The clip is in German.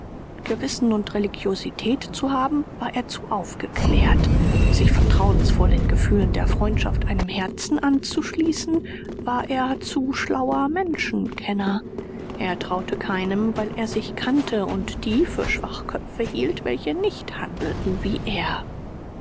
gewissen und religiosität zu haben war er zu aufgeklärt sich vertrauensvoll in gefühlen der freundschaft einem herzen anzuschließen war er zu schlauer menschenkenner er traute keinem weil er sich kannte und die für schwachköpfe hielt welche nicht handelten wie er